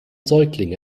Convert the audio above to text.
säuglinge